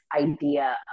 idea